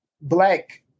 black